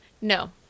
No